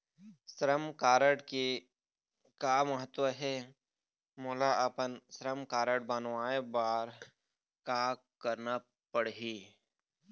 श्रम कारड के का महत्व हे, मोला अपन श्रम कारड बनवाए बार का करना पढ़ही?